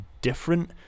different